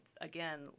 again